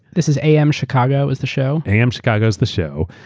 this is am chicago is the show? am chicago is the show.